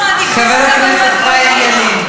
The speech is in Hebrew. אנחנו מעדיפים, חבר הכנסת חיים ילין.